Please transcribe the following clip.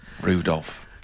Rudolph